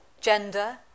gender